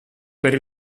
per